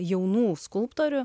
jaunų skulptorių